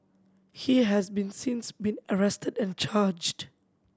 he has been since been arrested and charged